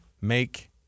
make